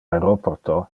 aeroporto